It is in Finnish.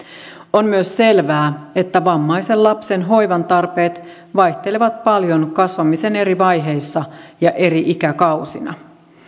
on myös selvää että vammaisen lapsen hoivan tarpeet vaihtelevat paljon kasvamisen eri vaiheissa ja eri ikäkausina